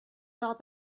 thought